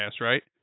right